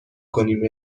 کنیم